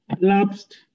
lapsed